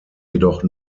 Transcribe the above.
jedoch